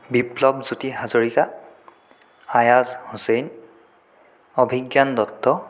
Biplab Jyoti Hazarika Ayaz Hussain Abhigyan Dutta